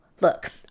look